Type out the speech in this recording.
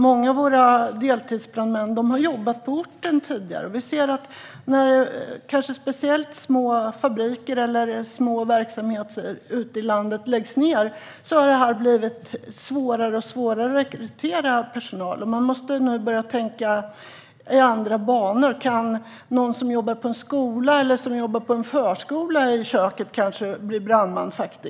Många deltidsbrandmän har tidigare jobbat på orten, men när små fabriker eller andra små verksamheter ute i landet läggs ned blir det allt svårare att rekrytera personal. Man måste börja tänka i andra banor: Kan någon som jobbar på en skola eller en förskola bli brandman?